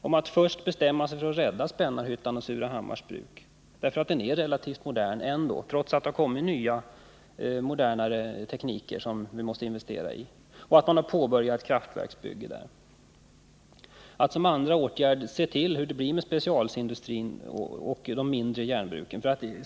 Den första åtgärden är att bestämma sig för att rädda Spännarhyttan och Surahammars Bruk, som har relativt moderna anläggningartrots att det har kommit nya och modernare tekniker som vi måste investera i. Man har där också påbörjat ett kraftverksbygge. Som en andra åtgärd bör man ta reda på hur det blir med specialstålsindustrin och de mindre järnbruken.